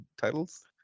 titles